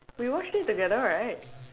we watched it together right